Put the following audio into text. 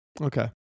Okay